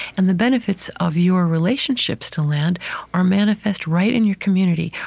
and the benefits of your relationships to land are manifest right in your community,